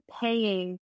paying